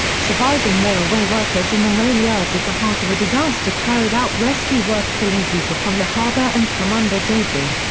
surviving railway workers in the railyards at the heart of the disaster carried out rescue work pulling people from the harbour and from under debris.